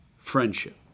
Friendship